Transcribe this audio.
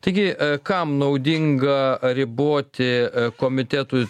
taigi kam naudinga riboti komitetų